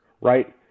right